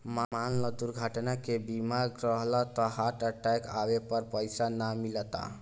मान ल दुर्घटना के बीमा रहल त हार्ट अटैक आवे पर पइसा ना मिलता